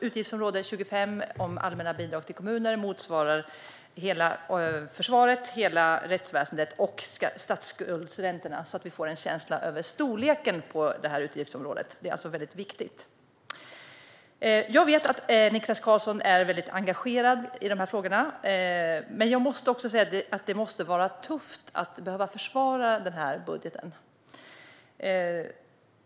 Utgiftsområde 25 Allmänna bidrag till kommuner motsvarar hela försvaret, hela rättsväsendet och statsskuldsräntorna - det säger jag för att vi ska få en känsla för storleken på detta utgiftsområde. Det är alltså väldigt viktigt. Jag vet att Niklas Karlsson är väldigt engagerad i dessa frågor. Men det måste vara tufft att behöva försvara denna budget.